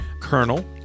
Colonel